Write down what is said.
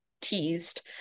teased